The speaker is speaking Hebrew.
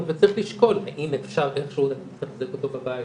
וצריך לשקול האם אפשר איכשהו לתחזק אותו בבית,